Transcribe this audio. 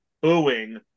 booing